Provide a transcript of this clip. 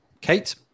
Kate